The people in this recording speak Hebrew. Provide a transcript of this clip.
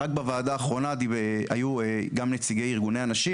רק בוועדה האחרונה היו גם נציגי ארגוני הנשים